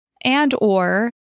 and/or